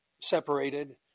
separated